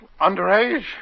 Underage